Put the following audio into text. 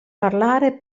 parlare